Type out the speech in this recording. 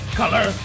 color